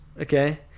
okay